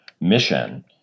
mission